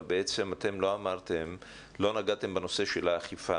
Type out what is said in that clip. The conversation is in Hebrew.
אבל לא נגעתם בנושא של האכיפה,